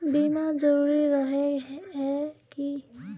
बीमा जरूरी रहे है की?